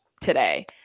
today